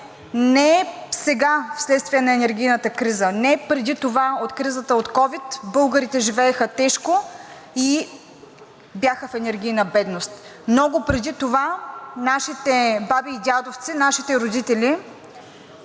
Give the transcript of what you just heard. не сега вследствие на енергийната криза, не преди това от кризата от ковид българите живееха тежко и бяха в енергийна бедност. Много преди това нашите баби и дядовци, нашите родители